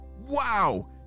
Wow